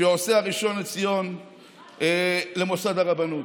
שעושה הראשון לציון למוסד הרבנות.